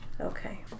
Okay